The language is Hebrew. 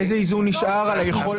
איזה איזון נשאר על היכולת של נבחרי ציבור?